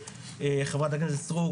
חה"כ סטרוק,